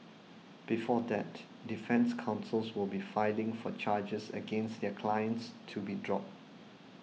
before that defence counsels will be filing for charges against their clients to be dropped